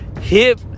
hip